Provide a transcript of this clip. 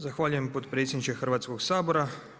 Zahvaljujem potpredsjedniče Hrvatskog sabora.